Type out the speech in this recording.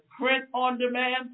print-on-demand